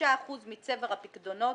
5% מצבר הפיקדונות,